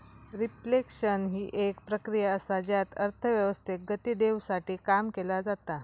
reflection हि एक प्रक्रिया असा ज्यात अर्थव्यवस्थेक गती देवसाठी काम केला जाता